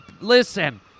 Listen